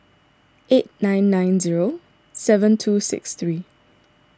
eight nine nine zero seven two six three